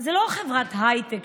זה לא חברת הייטק,